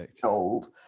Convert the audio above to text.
told